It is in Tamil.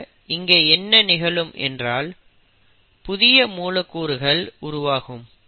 ஆக இங்கே என்ன நிகழும் என்றால் புதிய மூலக்கூறுகள் உருவாகும்